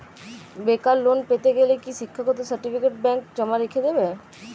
বেকার লোন পেতে গেলে কি শিক্ষাগত সার্টিফিকেট ব্যাঙ্ক জমা রেখে দেবে?